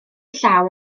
llaw